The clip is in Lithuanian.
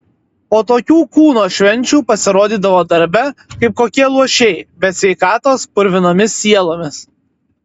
po tokių kūno švenčių pasirodydavo darbe kaip kokie luošiai be sveikatos purvinomis sielomis